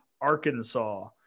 Arkansas